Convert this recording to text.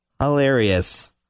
hilarious